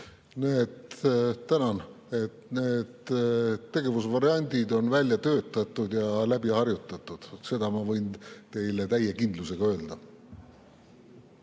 Need tegevusvariandid on välja töötatud ja läbi harjutatud. Seda ma võin teile täie kindlusega öelda.